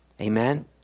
Amen